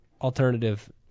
alternative